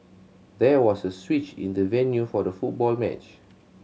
there was a switch in the venue for the football match